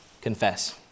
Confess